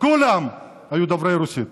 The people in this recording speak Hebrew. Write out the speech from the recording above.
כולם היו דוברי רוסית,